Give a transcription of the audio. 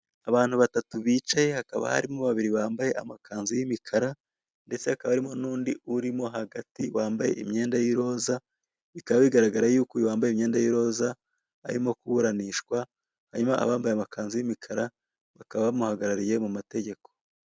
Abantu batatu bicaye hakaba harimo babiri bambaye amakanzu y'imikara ndetse hakaba harimo n'undi urimo hagati wambaye imyenda y'iroza bikaba bigaragara yuko uyu wambaye imyenda y'iroza arimo kuburanishwa hanyuma abambaye amakanzu y'imikara bakaba bamuhagarariye mu mategeko.